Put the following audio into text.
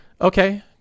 Okay